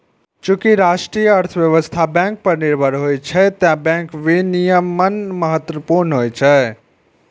चूंकि राष्ट्रीय अर्थव्यवस्था बैंक पर निर्भर होइ छै, तें बैंक विनियमन महत्वपूर्ण होइ छै